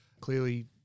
clearly